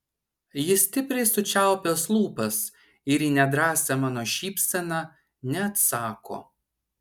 jis stipriai sučiaupęs lūpas ir į nedrąsią mano šypseną neatsako